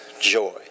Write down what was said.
joy